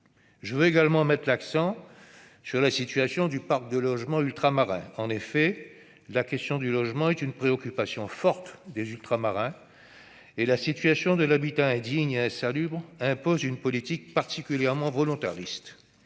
Je veux également mettre l'accent sur l'état du parc de logements en outre-mer. Cette question est une préoccupation forte des Ultramarins et la situation de l'habitat indigne et insalubre impose une politique particulièrement volontariste.